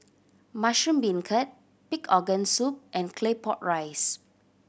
mushroom beancurd pig organ soup and Claypot Rice